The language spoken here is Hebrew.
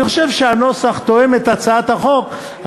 אני חושב שהנוסח תואם את הצעת החוק,